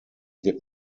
did